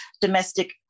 domestic